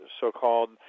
so-called